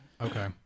Okay